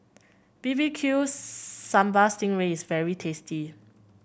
B B Q Sambal Sting Ray is very tasty